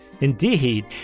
Indeed